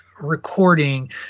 recording